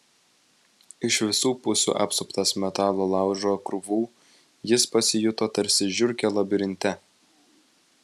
iš visų pusių apsuptas metalo laužo krūvų jis pasijuto tarsi žiurkė labirinte